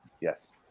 Yes